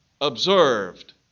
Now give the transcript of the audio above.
observed